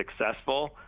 successful